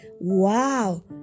Wow